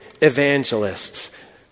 evangelists